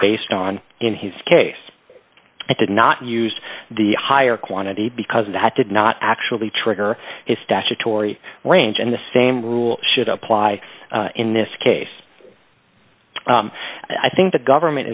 based on in his case it did not use the higher quantity because that did not actually trigger his statutory range and the same rule should apply in this case i think the government